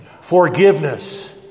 forgiveness